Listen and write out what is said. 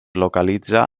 localitza